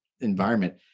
environment